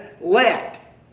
let